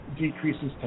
decreases